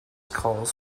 calls